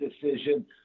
decision